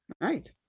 right